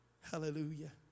Hallelujah